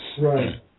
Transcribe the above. Right